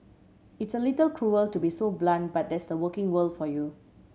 it's a little cruel to be so blunt but that's the working world for you